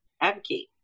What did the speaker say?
Advocate